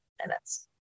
minutes